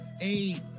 eight